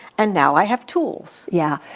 and now i have tools. yeah.